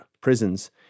prisons